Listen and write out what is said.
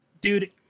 dude